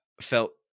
felt